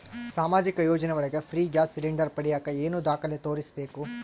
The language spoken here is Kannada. ಸಾಮಾಜಿಕ ಯೋಜನೆ ಒಳಗ ಫ್ರೇ ಗ್ಯಾಸ್ ಸಿಲಿಂಡರ್ ಪಡಿಯಾಕ ಏನು ದಾಖಲೆ ತೋರಿಸ್ಬೇಕು?